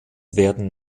werden